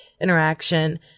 interaction